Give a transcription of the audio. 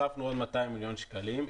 הוספנו עוד 200 מיליון שקלים,